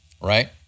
right